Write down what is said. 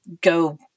go